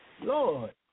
Lord